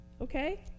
okay